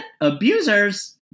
abusers